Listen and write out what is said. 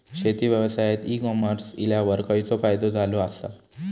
शेती व्यवसायात e commerce इल्यावर खयचो फायदो झालो आसा?